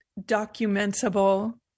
documentable